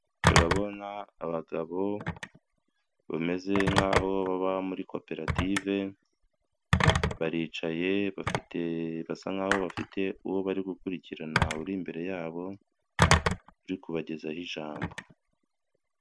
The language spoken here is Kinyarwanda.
Turabona abagabo bameze nk'aho baba muri koperative, baricaye basa nkaho bafite uwo bari gukurikirana uri imbere yabo, uri kubagezaho ijambo.